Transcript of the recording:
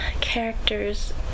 characters